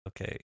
okay